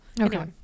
Okay